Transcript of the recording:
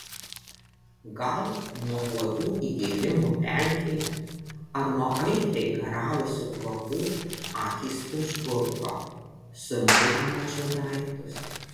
gal nuo uodų įgėlimų pelkėje ar nuo aitriai garavusių kvapų akys užburko sunkiai įmačiau daiktus